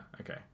okay